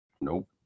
Nope